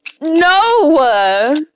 no